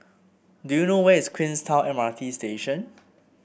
do you know where is Queenstown M R T Station